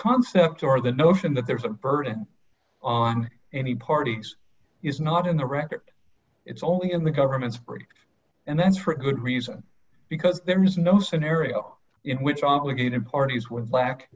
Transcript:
concept or the notion that there is a burden on any parties is not in the record it's only in the government's brief and that's for a good reason because there is no scenario in which obligated parties w